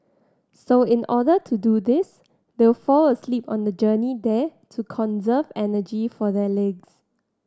so in order to do this they'll fall asleep on the journey there to conserve energy for their legs